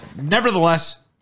nevertheless